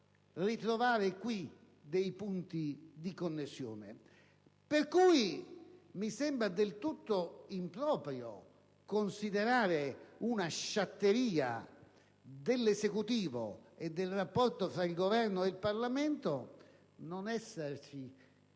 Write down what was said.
ritrovare qui dei punti di connessione. Pertanto mi sembra del tutto improprio considerare una sciatteria dell'Esecutivo e del rapporto tra il Governo e il Parlamento non essersi